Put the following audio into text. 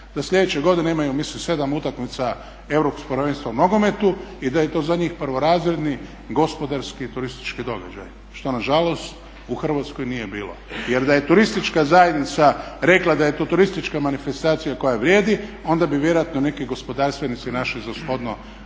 da sljedeće godine imaju mislim 7 utakmica Europskog prvenstva u nogometu i da je to za njih prvorazredni gospodarski turistički događaj. Što nažalost u Hrvatskoj nije bilo. Jer da je turistička zajednica rekla da je to turistička manifestacija koja vrijedi onda bi vjerojatno i neki gospodarstvenici našli za shodno